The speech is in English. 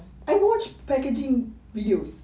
I watch packaging videos